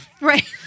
Right